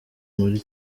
muri